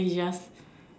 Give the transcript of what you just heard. then he just